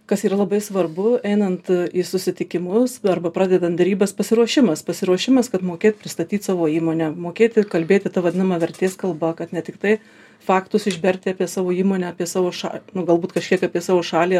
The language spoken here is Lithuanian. kas yra labai svarbu einant į susitikimus arba pradedant derybas pasiruošimas pasiruošimas kad mokėt pristatyt savo įmonę mokėti kalbėti ta vadinama vertės kalba kad ne tiktai faktus išberti apie savo įmonę apie savo ša nu galbūt kažkiek apie savo šalį